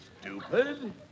stupid